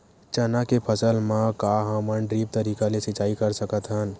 चना के फसल म का हमन ड्रिप तरीका ले सिचाई कर सकत हन?